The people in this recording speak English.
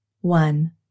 One